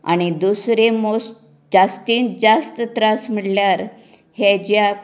आनी दुसरें मोस जास्तींत जास्त त्रास म्हणल्यार हे जे